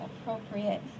appropriate